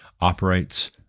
operates